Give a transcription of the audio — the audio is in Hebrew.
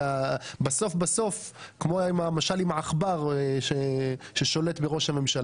בסוף כמו המשל עם העכבר ששולט בראש הממשלה.